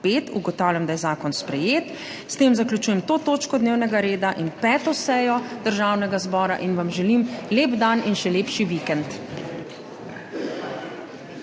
Ugotavljam, da je zakon sprejet. S tem zaključujem to točko dnevnega reda in 5. sejo Državnega zbora in vam želim lep dan in še lepši vikend.